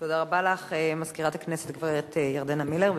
תודה רבה לך, מזכירת הכנסת הגברת ירדנה מלר.